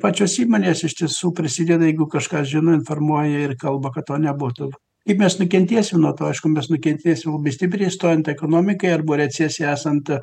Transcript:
pačios įmonės iš tiesų prisideda jeigu kažką žino informuoja ir kalba kad to nebūtų kaip mes nukentėsim nuo to aišku mes nukentėsim labai stipriai stojant ekonomikai arba recesijai esant